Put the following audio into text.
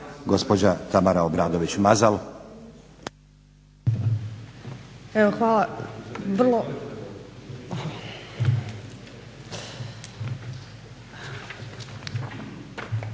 gospođa Tamara Obradović Mazal.